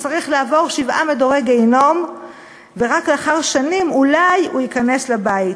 הוא צריך לעבור שבעה מדורי גיהינום ורק לאחר שנים אולי הוא ייכנס לבית.